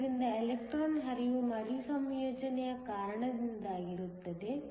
ಆದ್ದರಿಂದ ಎಲೆಕ್ಟ್ರಾನ್ ಹರಿವು ಮರುಸಂಯೋಜನೆಯ ಕಾರಣದಿಂದಾಗಿರುತ್ತದೆ